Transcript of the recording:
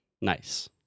Nice